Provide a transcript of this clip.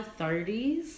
30s